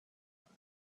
one